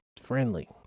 friendly